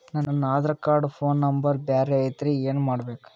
ನನ Aadhaar card phone number ಬ್ಯಾರೆ ಐತ್ರಿ ಏನ ಮಾಡಬೇಕು?